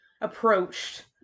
approached